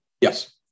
Yes